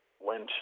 went